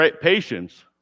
patience